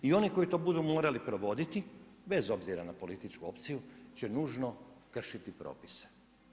I one koji to budu morali provoditi bez obzira na političku opciju će nužno kršiti propise.